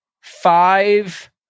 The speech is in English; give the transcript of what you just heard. five